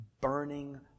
burning